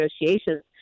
negotiations